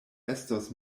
estos